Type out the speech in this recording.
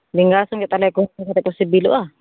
ᱵᱮᱸᱜᱟᱲ ᱥᱚᱸᱜᱮ ᱛᱟᱦᱚᱞᱮ ᱠᱚ ᱤᱥᱤᱱ ᱠᱟᱛᱮᱫ ᱠᱚ ᱥᱤᱵᱤᱞᱚᱜᱼᱟ